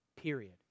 Period